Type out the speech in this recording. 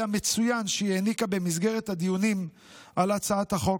המצוין שהיא העניקה במסגרת הדיונים על הצעת החוק.